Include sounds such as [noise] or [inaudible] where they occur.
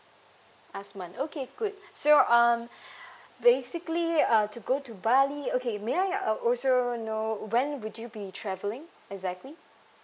azman okay good so um [breath] basically uh to go to bali okay may I uh also know when would you be travelling exactly